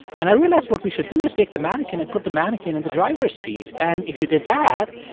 and i realized what we should do is take the mannequin and put the mannequin in and the driver's seat. and if you did that,